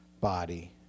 body